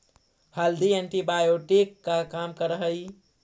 हल्दी एंटीबायोटिक का काम करअ हई